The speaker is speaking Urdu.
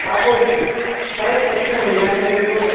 آپ کو جی فریش مچھلی مل جائیں گے بالکل